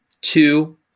Two